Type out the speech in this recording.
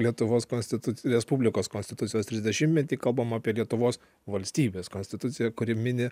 lietuvos konstituciją respublikos konstitucijos trisdešimtmetį kalbame apie lietuvos valstybės konstituciją kuri mini